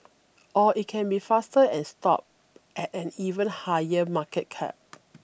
or it can be faster and stop at an even higher market cap